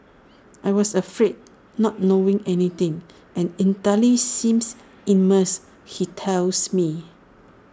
I was afraid not knowing anything and Italy seems immense he tells me